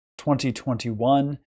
2021